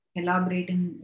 elaborating